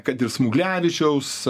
kad ir smuglevičiaus